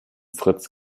fritz